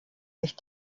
sich